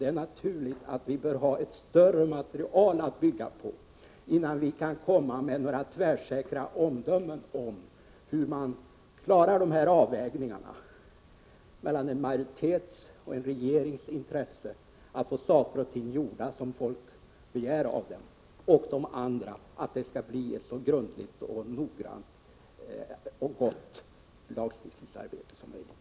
Det är därför naturligt att vi bör ha ett större material att bygga på innan vi kan komma med några tvärsäkra omdömen om hur man klarar avvägningarna mellan å ena sidan en riksdagsmajoritets och regerings intresse att få saker och ting gjorda som folk begär av dem och å andra sidan intresset att det skall bli ett så noggrant och gott lagstiftningsarbete som möjligt.